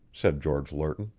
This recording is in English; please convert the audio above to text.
said george lerton.